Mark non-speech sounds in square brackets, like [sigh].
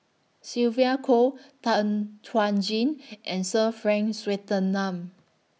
Sylvia Kho Tan Chuan Jin [noise] and Sir Frank Swettenham